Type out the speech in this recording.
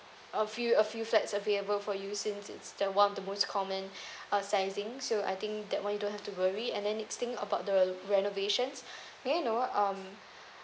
a few a few flats available for you since it's the one of the most common uh sizing so I think that one you don't have to worry and then next thing about the renovations may I know um